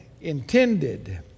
intended